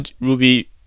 Ruby